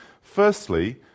Firstly